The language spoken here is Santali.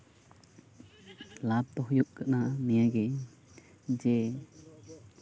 ᱞᱟᱵᱽ ᱫᱚ ᱦᱩᱭᱩᱜ ᱠᱟᱱᱟ ᱱᱤᱭᱟᱹ ᱜᱮ ᱡᱮ